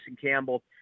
Campbell